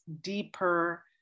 deeper